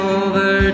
over